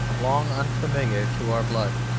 long unfamiliar to our blood.